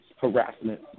harassment